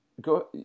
Go